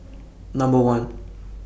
Number one